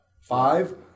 Five